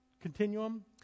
continuum